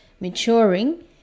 maturing